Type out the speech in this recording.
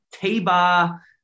T-Bar